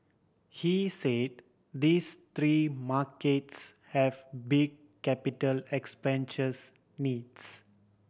he said these three markets have big capital expenditures needs